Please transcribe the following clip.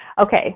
okay